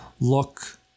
look